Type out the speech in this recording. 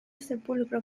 sepulcro